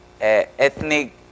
ethnic